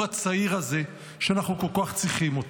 הצעיר הזה שאנחנו כל כך צריכים אותו.